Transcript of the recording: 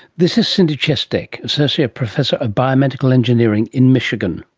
this is cindy chestek, associate professor of biomedical engineering in michigan.